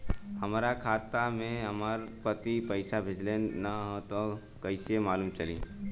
हमरा खाता में हमर पति पइसा भेजल न ह त कइसे मालूम चलि?